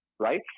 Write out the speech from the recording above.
Right